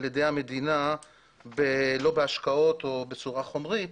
ידי המדינה לא בהשקעות בצורה חומרית